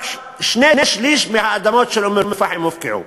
רק שני-שלישים מהאדמות של אום-אלפחם הופקעו.